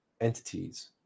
entities